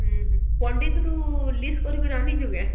ହୁଁ ହୁଁ ପଣ୍ଡିତ୍ଠୁ ଲିଷ୍ଟ୍ କରି କରି ଆନିଛୁ କେଁ